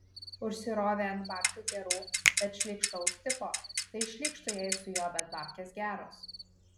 užsirovė ant babkių gerų bet šlykštaus tipo tai šlykštu jai su juo bet babkės geros